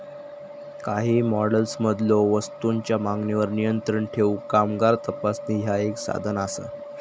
काही मॉडेल्समधलो वस्तूंच्यो मागणीवर नियंत्रण ठेवूक कामगार तपासणी ह्या एक साधन असा